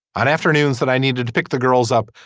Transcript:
on afternoons that i needed to pick the girls up.